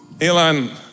Elon